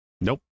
Nope